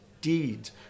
deeds